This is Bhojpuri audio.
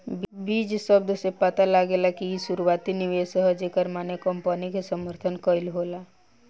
बीज शब्द से पता लागेला कि इ शुरुआती निवेश ह जेकर माने कंपनी के समर्थन कईल होला